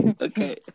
Okay